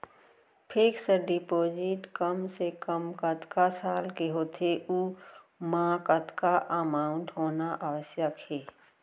Fix deposit कम से कम कतका साल के होथे ऊ ओमा कतका अमाउंट होना आवश्यक हे?